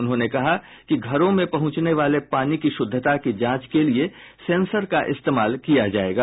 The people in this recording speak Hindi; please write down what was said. उन्होंने कहा कि घरों में पहुंचने वाले पानी की शुद्धता की जांच के लिए सेंसर का इस्तेमाल किया जायेगा